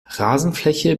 rasenfläche